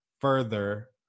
further